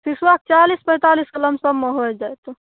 सिसोके चालीस पैंतालिसके लम सममे होइ जायत